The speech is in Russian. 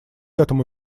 этому